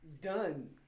Done